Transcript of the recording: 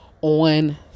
on